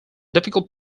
difficult